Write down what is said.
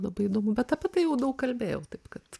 labai įdomu bet apie tai jau daug kalbėjau taip kad